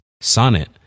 Sonnet